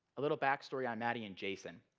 a little backstory on maddie and jason.